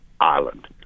Ireland